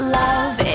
love